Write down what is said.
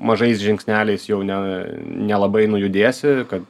mažais žingsneliais jau ne nelabai nujudėsi kad